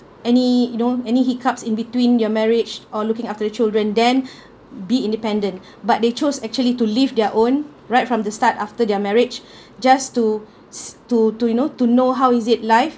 any you know any hiccups in between your marriage or looking after the children then be independent but they chose actually to live their own right from the start after their marriage just to to to you know to know how is it life